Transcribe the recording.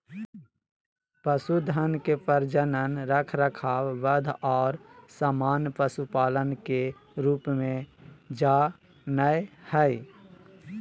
पशुधन के प्रजनन, रखरखाव, वध और सामान्य पशुपालन के रूप में जा नयय हइ